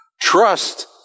trust